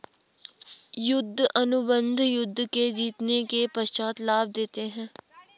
युद्ध अनुबंध युद्ध के जीतने के पश्चात लाभ देते हैं